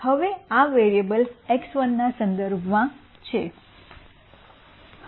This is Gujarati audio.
હવે આ વેરીએબલ x1 ના સંદર્ભ માં છે